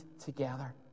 together